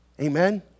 Amen